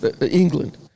England